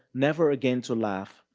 never again to laugh,